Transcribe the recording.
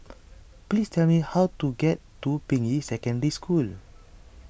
please tell me how to get to Ping Yi Secondary School